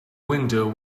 window